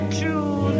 true